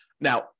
Now